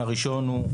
הראשון הוא,